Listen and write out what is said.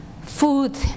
food